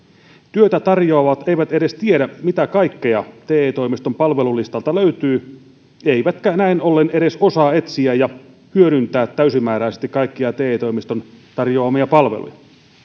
työtä tarjoavat eivät edes tiedä mitä kaikkea te toimiston palvelulistalta löytyy eivätkä näin ollen edes osaa etsiä ja hyödyntää täysimääräisesti kaikkia te toimiston tarjoamia palveluja